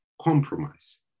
compromise